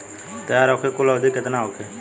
तैयार होखे के कुल अवधि केतना होखे?